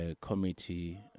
committee